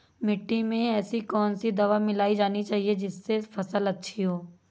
मिट्टी में ऐसी कौन सी दवा मिलाई जानी चाहिए जिससे फसल अच्छी हो?